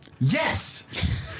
Yes